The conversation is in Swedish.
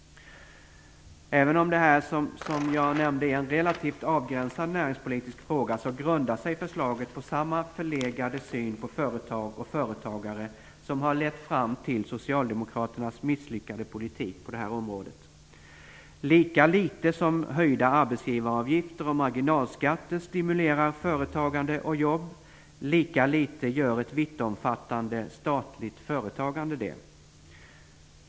Även om det här, som jag nämnde, är en relativt avgränsad näringspolitisk fråga grundar sig förslaget på samma förlegade syn på företag och företagare som har lett fram till socialdemokraternas misslyckade politik på det här området. Lika litet som höjda arbetsgivaravgifter och marginalskatter stimulerar företagande och jobb, lika litet gör ett vittomfattande statligt företagande det.